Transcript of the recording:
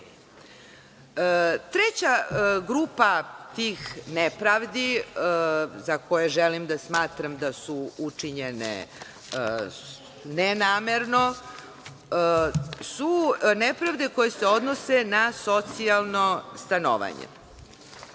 grupa tih nepravdi za koje želim da smatram da su učinjene nenamerno su nepravde koje se odnose na socijalno stanovanje.